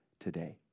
today